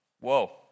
whoa